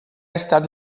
estat